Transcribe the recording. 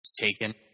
taken